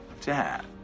Dad